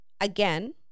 again